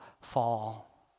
fall